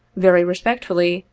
very respectfully,